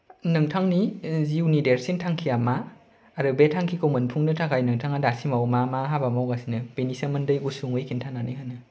नोंथांनि जिउनि देरसिन थांखिया मा आरो बे थांखिखौ मोनफुंनो थाखाय नोंथांआ दासिमाव मा मा हाबा मावगासिनो बेनि सोमोन्दै गुसुंयै खिन्थानानै होनो